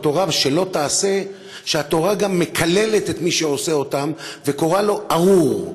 בתורה של לא תעשה שהתורה גם מקללת את מי שעושה אותן וקוראת לו "ארור",